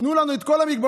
תנו לנו את כל המגבלות.